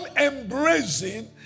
embracing